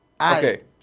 Okay